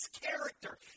character